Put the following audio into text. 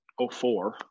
04